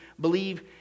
believe